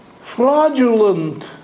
fraudulent